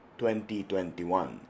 2021